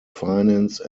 finance